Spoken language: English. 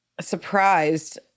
Surprised